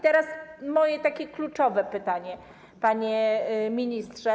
Teraz moje kluczowe pytanie, panie ministrze.